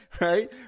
right